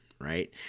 right